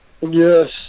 Yes